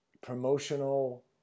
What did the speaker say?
promotional